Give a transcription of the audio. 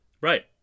Right